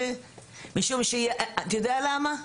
אתה יודע למה?